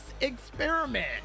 Experiment